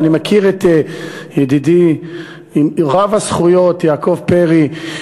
ואני מכיר את ידידי רב-הזכויות יעקב פרי,